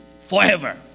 forever